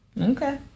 Okay